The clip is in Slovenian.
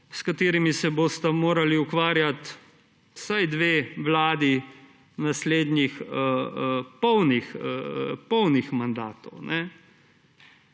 s katerimi se bosta morali ukvarjati vsaj dve vladi naslednjih polnih mandatov.